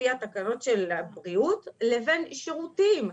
לפי התקנות של הבריאות לבין שירותים.